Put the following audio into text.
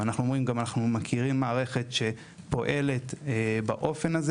ואנחנו אומרים: אנחנו מכירים מערכת שפועלת באופן הזה